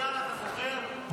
תגיד לי, את נאום בר-אילן אתה זוכר?